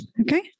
okay